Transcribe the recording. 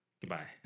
Goodbye